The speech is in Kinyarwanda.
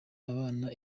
abana